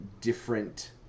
different